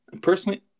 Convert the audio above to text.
Personally